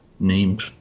named